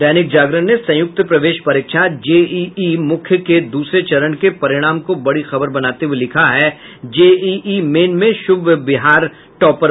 दैनिक जागरण ने संयुक्त प्रवेश परीक्षा जेईई मुख्य के दूसरे चरण के परिणाम को बड़ी खबर बनाते हुये लिखा है जेईई मेन में शुभ बिहार टॉपर